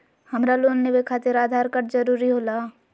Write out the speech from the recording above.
हमरा लोन लेवे खातिर आधार कार्ड जरूरी होला?